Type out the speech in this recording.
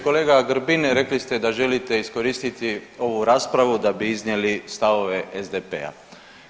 Kolega Grbin rekli ste da želite iskoristiti ovu raspravu da bi iznijeli stavove SDP-a.